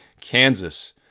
Kansas